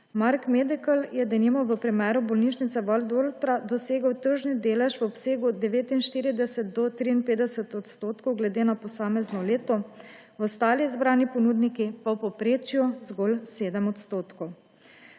Mark Medical je denimo v primeru bolnišnice Valdoltra dosegel tržni delež v obsegu od 49 do 53 % glede na posamezno leto, ostali zbrani ponudniki pa v povprečju zgolj 7 %.